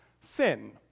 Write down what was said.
sin